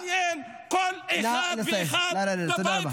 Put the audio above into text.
זה צריך לעניין כל אחד ואחד, נא לסיים.